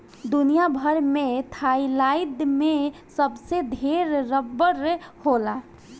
दुनिया भर में थाईलैंड में सबसे ढेर रबड़ होला